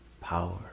power